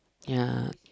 ya